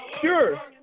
sure